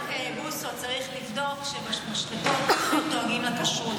בוסו, צריך לבדוק שבמשחטות אכן דואגים לכשרות.